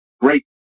great